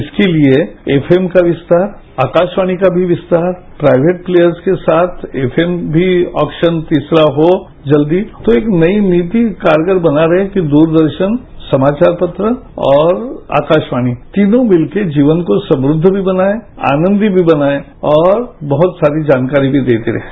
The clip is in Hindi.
इसके लिए एफएम का विस्तार आकाशवाणी का भी विस्तार प्राइवेट प्लेयर्स के साथ एफएप भी ऑचान तीसरा हो जल्दी तो एक नई नीति कारगर बना रहे हैं कि दूरदर्शन समाचार पत्र और आकारावाणी तीनों मिलकर जीवन को समृद्ध भी बनाएं आनंदी भी बनाएं और बहुत सारी जानकारी भी देते रहें